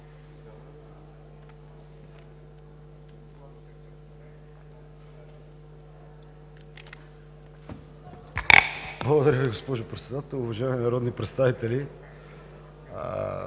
Благодаря. Уважаема госпожо Председател, уважаеми народни представители!